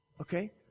Okay